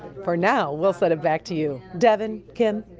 for now, we'll send it back to you. devin, kim?